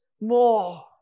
more